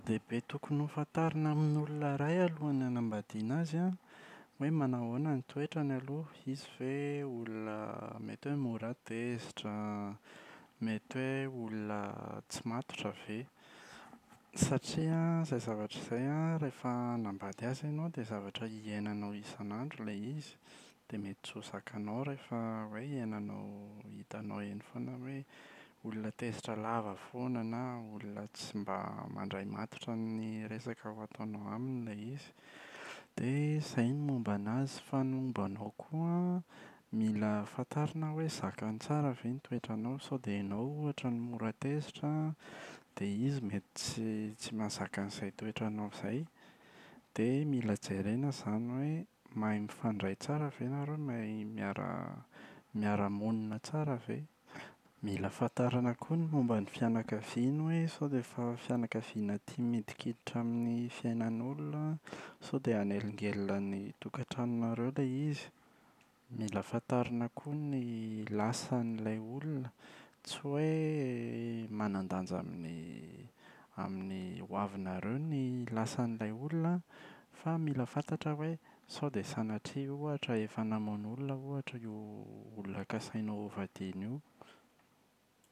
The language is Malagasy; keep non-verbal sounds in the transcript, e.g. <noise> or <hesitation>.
-dehibe tokony ho fantarina amin'olona iray alohan'ny hanambadiana azy an: hoe manao ahoana ny toetrany aloha. Izy ve olona mety hoe mora tezitra? Mety hoe olona tsy matotra ve? Satria an <hesitation> izay zavatra izay an <hesitation> rehefa hanambady azy ianao dia zavatra hiainanao isan'andro ilay izy dia mety tsy ho zakanao rehefa hoe hiainanao, hitanao eny foana hoe olona tezitra lava foana na olona tsy mba mandray matotra ny resaka ho ataonao aminy ilay izy. Dia izay ny momban'azy fa ny mombanao koa an <hesitation> mila fantarina hoe zakany tsara ve ny toetranao, sao dia ianao ohatra no mora tezitra an dia izy mety tsy <hesitation> tsy mahazaka an'izay toetranao izay. Dia mila jerena izany hoe mahay mifandray tsara ve nareo? Mahay miara <hesitation> miara-monina tsara ve? Mila fantarina koa ny momba ny fianakaviana hoe sao dia efa fianakaviana tia midikiditra amin'ny fiainan'olona? Sao dia hanelingelina ny tokatranonareo ilay izy. Mila fantarina koa ny lasan'ilay olona, tsy hoe <hesitation> manan-danja amin'ny <hesitation> amin'ny hoavinareo ny lasan'ilay olona an fa mila fantatra hoe <hesitation> sao dia sanatria ohatra efa namono olona ohatra io olona kasainao vadiana io.